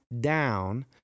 down